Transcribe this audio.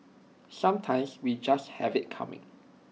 sometimes we just have IT coming